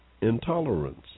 intolerance